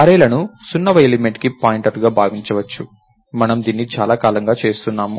అర్రేల ను 0వ ఎలిమెంట్ కి పాయింటర్లుగా భావించవచ్చు మనము దీన్ని చాలా కాలంగా చేస్తున్నాము